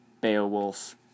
Beowulf